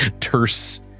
terse